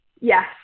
Yes